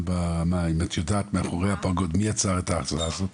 האם את יודעת מאחורי הפרגוד מי יצר את ההצעה הזאת?